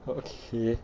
okay